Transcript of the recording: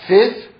Fifth